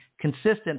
consistent